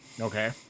Okay